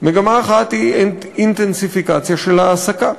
מגמה אחת היא אינטנסיפיקציה של ההעסקה,